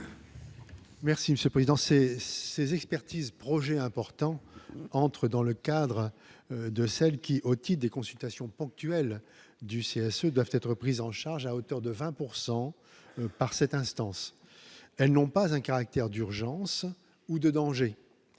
Merci Monsieur président c'est ces expertises projets importants entre dans le cadre de celle qui des consultations ponctuelles du CSC doivent être prises en charge à hauteur de 20 pourcent par cette instance, elles n'ont pas un caractère d'urgence ou de danger